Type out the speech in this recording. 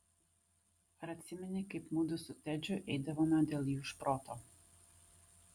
ar atsimeni kaip mudu su tedžiu eidavome dėl jų iš proto